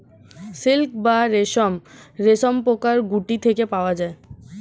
silk বা রেশম রেশমপোকার গুটি থেকে পাওয়া যায়